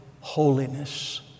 holiness